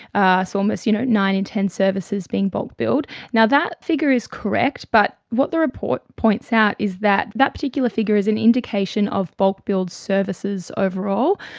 ah so almost you know nine in ten services being bulk billed. that figure is correct, but what the report points out is that that particular figure is an indication of bulk billed services overall,